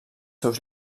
seus